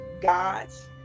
gods